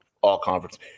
all-conference